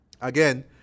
again